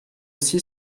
aussi